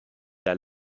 der